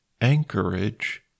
Anchorage